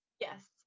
yes